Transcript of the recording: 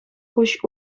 куҫ